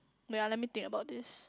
wait ah let me think about this